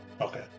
Okay